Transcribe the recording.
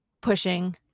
pushing